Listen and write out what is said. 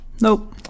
Nope